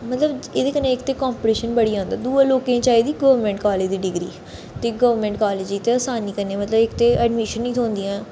मतलब एह्दे कन्नै इक ते कम्पीटीशन बढ़ी जंदा दूआ लोकें गी चाहिदी गोरमैंट कालेज दी डिग्री ते गोरमैंट कालेज ते इक ते असानी कन्नै मतलब इक ते अडमिशन नी थ्होंदियां